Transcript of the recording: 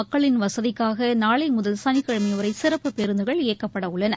மக்களின் வசதிக்காகநாளைமுதல் சனிக்கிழமைவரைசிறப்பு பேருந்துகள் இயக்கப்படவுள்ளன